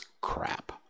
crap